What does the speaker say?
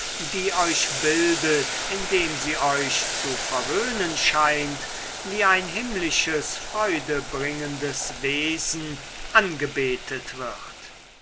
die euch bildet indem sie euch zu verwöhnen scheint wie ein himmlisches freudebringendes wesen angebetet wird